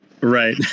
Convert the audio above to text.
Right